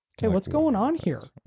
okay what's going on here?